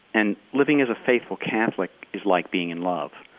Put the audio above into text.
and living as a faithful catholic is like being in love.